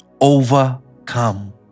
Overcome